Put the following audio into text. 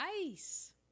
nice